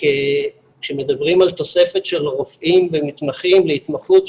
כשמדברים על תוספת של רופאים ומתמחים להתמחות,